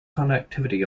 connectivity